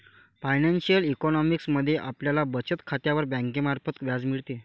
financial economics मध्ये आपल्याला बचत खात्यावर बँकेमार्फत व्याज मिळते